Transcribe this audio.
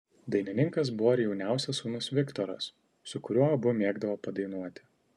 dainininkas buvo ir jauniausias sūnus viktoras su kuriuo abu mėgdavo padainuoti